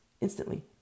instantly